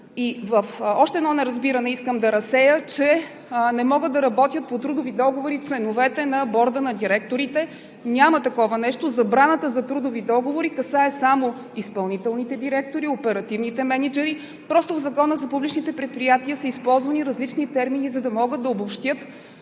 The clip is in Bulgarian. още едно неразбиране, че по трудови договори не могат да работят членовете на Борда на директорите. Няма такова нещо. Забраната за трудови договори касае само изпълнителните директори, оперативните мениджъри. Просто в Закона за публичните предприятия са използвани различни термини, за да могат да обобщят